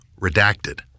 redacted